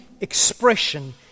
expression